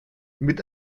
mit